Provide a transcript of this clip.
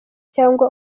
cyangwa